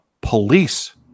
police